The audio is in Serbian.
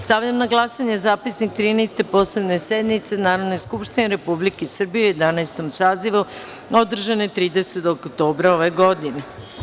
Stavljam na glasanje zapisnik Trinaeste posebne sednice Narodne skupštine Republike Srbije u Jedanaestom sazivu, održane 30. oktobra ove godine.